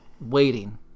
waiting